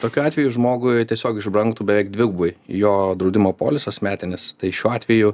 tokiu atveju žmogui tiesiog išbrangtų beveik dvigubai jo draudimo polisas metinis tai šiuo atveju